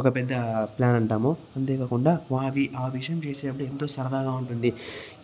ఒక పెద్ద ప్లాన్ అంటాము అంతేకాకుండా వావి ఆ విషయం చేసేటప్పుడు ఎంతో సరదాగా ఉంటుంది